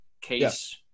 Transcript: case